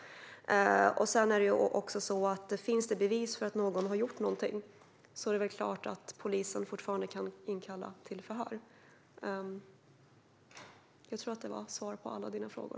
Sedan är det också så att finns det bevis för att någon har gjort någonting är det klart att polisen fortfarande kan kalla till förhör. Jag tror att det var svar på alla dina frågor.